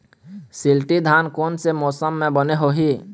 शिल्टी धान कोन से मौसम मे बने होही?